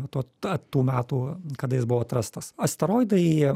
tuo ta tų metų kada jis buvo atrastas asteroidai